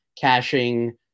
caching